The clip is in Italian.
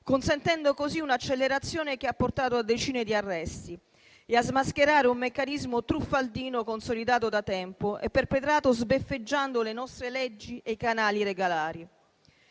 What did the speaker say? consentendo così un'accelerazione che ha portato a decine di arresti e a smascherare un meccanismo truffaldino consolidato da tempo e perpetrato sbeffeggiando le nostre leggi e i canali regolari.